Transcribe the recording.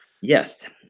Yes